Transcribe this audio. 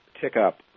tick-up